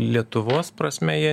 lietuvos prasme jie